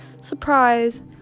surprise